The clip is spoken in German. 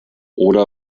oder